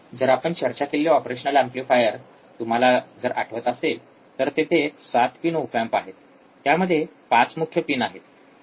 जर आपण चर्चा केलेले ऑपरेशन एम्पलीफायर तुम्हाला जर आठवत असेल तर तेथे ७ पिन ओप एम्प आहेत त्यामध्ये ५ मुख्य पिन आहेत